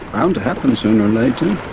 um to happen sooner or later.